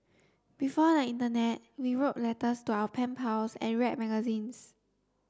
before the internet we wrote letters to our pen pals and read magazines